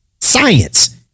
science